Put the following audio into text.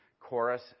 chorus